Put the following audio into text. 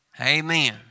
Amen